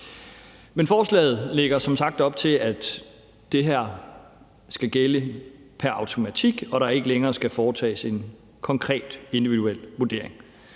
Men forslaget lægger som sagt op til, at det her skal gælde pr. automatik, og at der ikke længere skal foretages en konkret individuel vurdering.